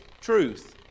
truth